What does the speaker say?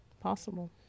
possible